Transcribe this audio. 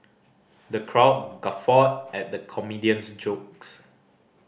the crowd guffawed at the comedian's jokes